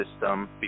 system